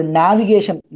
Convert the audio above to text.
navigation